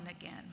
again